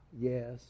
yes